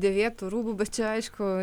dėvėtų rūbų bet čia aišku